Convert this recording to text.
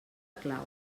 clau